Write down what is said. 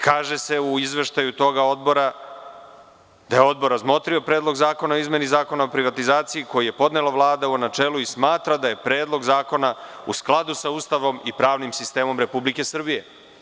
Kaže se u izveštaju tog odbora da je Odbor razmotrio Predlog zakona o izmeni Zakona o privatizaciji koji je podnela Vlada u načelu i smatra da je Predlog zakona u skladu sa Ustavom i pravnim sistemom Republike Srbije.